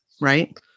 Right